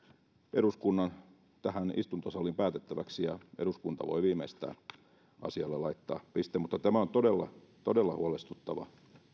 tähän istuntosaliin eduskunnan päätettäväksi eduskunta voi asialle laittaa pisteen tämä on todella todella huolestuttava